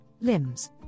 limbs